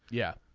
yeah.